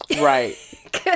right